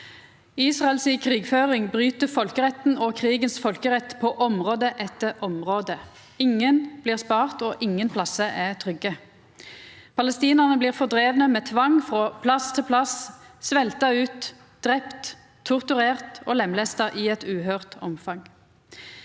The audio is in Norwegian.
Israels krigføring bryt folkeretten og krigens folkerett på område etter område. Ingen blir spart, og ingen plassar er trygge. Palestinarane blir fordrivne med tvang frå plass til plass og svelta ut, drepne, torturerte og lemlesta i eit uhøyrt omfang.